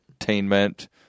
entertainment